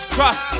Trust